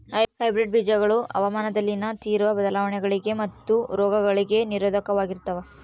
hybrid ಬೇಜಗಳು ಹವಾಮಾನದಲ್ಲಿನ ತೇವ್ರ ಬದಲಾವಣೆಗಳಿಗೆ ಮತ್ತು ರೋಗಗಳಿಗೆ ನಿರೋಧಕವಾಗಿರ್ತವ